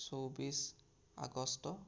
চৌব্বিছ আগষ্ট